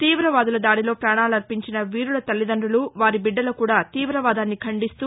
తీవ వాదుల దాడిలో పాణాలర్పించిన వీరుల తల్లిదండులు వారి బిడ్డలు కూడా తీవవాదాన్ని ఖండిస్తూ